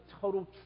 total